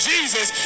Jesus